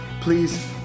please